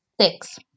Six